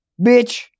Bitch